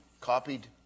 copied